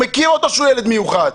הוא מכיר אותו שהוא ילד מיוחד.